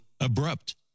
abrupt